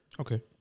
Okay